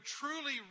truly